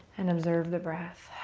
and observe the breath.